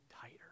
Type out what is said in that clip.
tighter